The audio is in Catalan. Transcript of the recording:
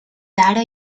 ara